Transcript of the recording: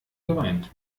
geweint